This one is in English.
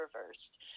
reversed